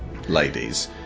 Ladies